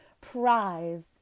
Prize